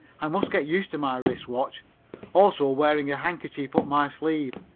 i must get used to my wrist watch also wearing a handkerchief up my sleeve.